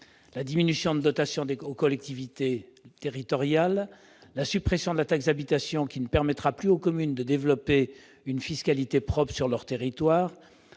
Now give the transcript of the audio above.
la diminution des dotations aux collectivités territoriales, la suppression de la taxe d'habitation, qui ne permettra plus aux communes de développer une fiscalité propre sur leur territoire,